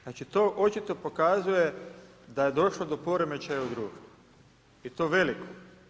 Znači to očito pokazuje da je došlo do poremećaja u društvu i to velikog.